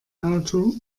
auto